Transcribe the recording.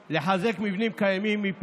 וגם אם את לא רוצה להקשיב,